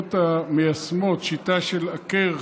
המדינות המיישמות שיטה של "עקר,